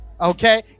okay